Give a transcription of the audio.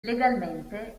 legalmente